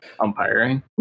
umpiring